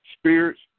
spirits